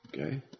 Okay